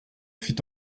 fit